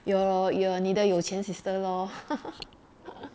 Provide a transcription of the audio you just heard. your your 你对有钱 sister lor